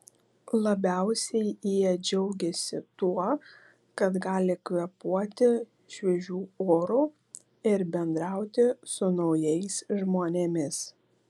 labiausiai jie džiaugėsi tuo kad gali kvėpuoti šviežiu oru ir bendrauti su naujais žmonėmis